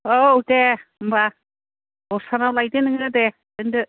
औ दे होनबा दस्रानाव लायदो नोङो दे दोनदो